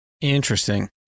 Interesting